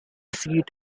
seat